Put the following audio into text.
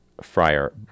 Friar